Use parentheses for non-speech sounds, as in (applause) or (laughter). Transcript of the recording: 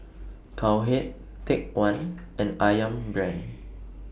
(noise) Cowhead Take one (noise) and Ayam Brand